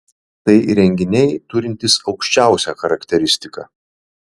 tai įrenginiai turintys aukščiausią charakteristiką